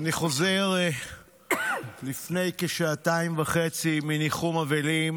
אני חוזר לפני כשעתיים וחצי מניחום אבלים